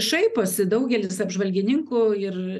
šaiposi daugelis apžvalgininkų ir